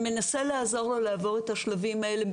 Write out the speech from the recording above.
שמנסה לעזור לו לעבור את השלבים האלה,